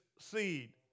seed